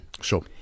Sure